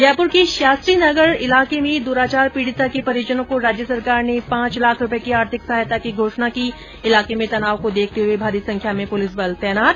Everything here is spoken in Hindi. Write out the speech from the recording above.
जयपुर के शास्त्रीनगर इलाके में दुराचार पीडिता के परिजनों को राज्य सरकार ने पांच लाख की आर्थिक सहायता की घोषणा की इलाके में तनाव को देखते हुए भारी संख्या में पुलिस बल तैनात